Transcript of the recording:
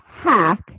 hack